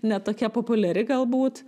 ne tokia populiari galbūt